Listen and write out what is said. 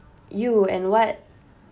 you and what